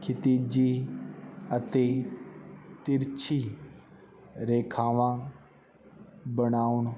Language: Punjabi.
ਖਿਤਿਜੀ ਅਤੇ ਤਿਰਛੀ ਰੇਖਾਵਾਂ ਬਣਾਉਣ